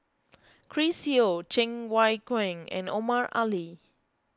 Chris Yeo Cheng Wai Keung and Omar Ali